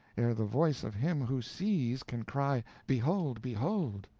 ere the voice of him who sees can cry, behold! behold!